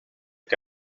que